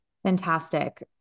Fantastic